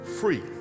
free